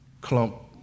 clump